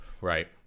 right